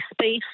space